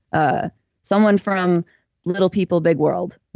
ah someone from little people big world.